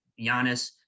Giannis